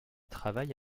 travaille